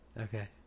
Okay